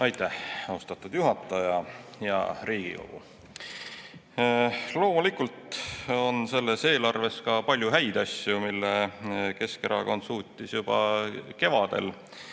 Aitäh, austatud juhataja! Hea Riigikogu! Loomulikult on selles eelarves ka palju häid asju, mis Keskerakond suutis juba kevadel